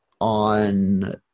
on